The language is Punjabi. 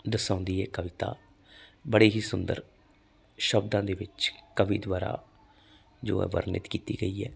ਦਰਸਾਉਂਦੀ ਹੈ ਕਵਿਤਾ ਬੜੇ ਹੀ ਸੁੰਦਰ ਸ਼ਬਦਾਂ ਦੇ ਵਿੱਚ ਕਵੀ ਦੁਆਰਾ ਜੋ ਹੈ ਵਰਨਿਤ ਕੀਤੀ ਗਈ ਹੈ